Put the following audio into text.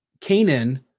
Canaan